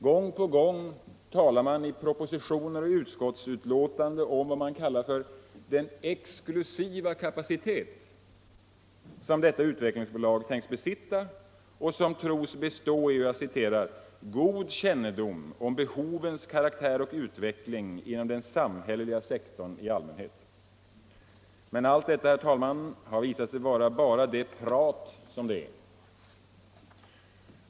Gång på gång talar man i propositioner och utskottsutlåtanden om den ”exklusiva kapacitet” som Utvecklingsbolaget tänks besitta och som tros bestå i ”god kännedom om behovens karaktär och utveckling inom den samhälleliga sektorn i allmänhet”. Men allt detta har visat sig vara bara det prat det är.